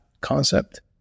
concept